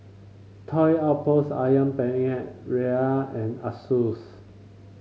Toy Outpost ayam Penyet Ria and Asus